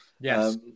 Yes